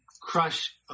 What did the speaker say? crush